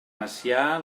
macià